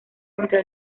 contra